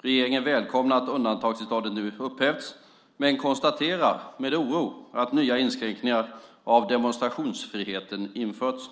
Regeringen välkomnar att undantagstillståndet nu upphävts men konstaterar med oro att nya inskränkningar av demonstrationsfriheten införts.